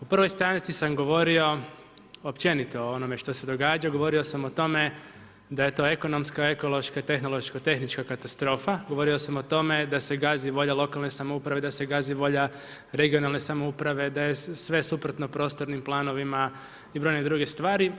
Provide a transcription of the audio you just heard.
U prvoj stanci sam govorio općenito o onome što se događa, govorio sam o tome da je to ekonomska, ekološka, tehnološko-tehnička katastrofa, govorio sam o tome da se gazi volja lokalne samouprave, da se gazi volja regionalne samouprave, da je sve suprotno prostornim planovima i broje druge stvari.